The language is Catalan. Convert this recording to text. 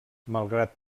malgrat